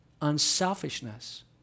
unselfishness